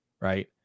right